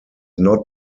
not